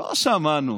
לא שמענו